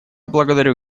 благодарю